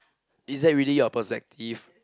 is that really your perspective